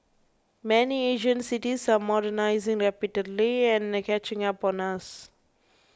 many Asian cities are modernising rapidly and catching up on us